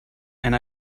and